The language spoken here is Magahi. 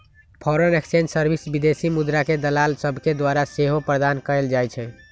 फॉरेन एक्सचेंज सर्विस विदेशी मुद्राके दलाल सभके द्वारा सेहो प्रदान कएल जाइ छइ